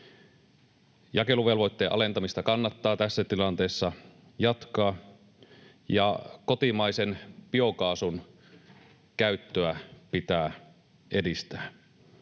Jakeluvelvoitteen alentamista kannattaa tässä tilanteessa jatkaa, ja kotimaisen biokaasun käyttöä pitää edistää.